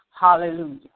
Hallelujah